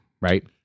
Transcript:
right